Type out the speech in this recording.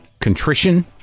contrition